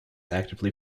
actively